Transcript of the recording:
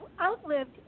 outlived